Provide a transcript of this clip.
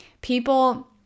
People